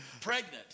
pregnant